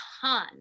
ton